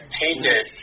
painted